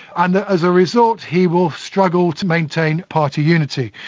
and as a result he will struggle to maintain party unity.